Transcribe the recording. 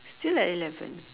still at eleven